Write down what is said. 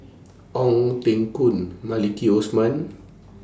Ong Teng Koon Maliki Osman